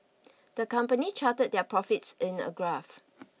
the company charted their profits in a graph